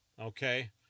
Okay